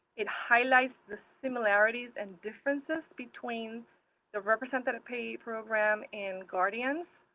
it highlights the similarities and differences between the representative payee program and guardians,